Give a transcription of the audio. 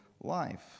life